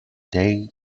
day